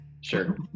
Sure